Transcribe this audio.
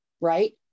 right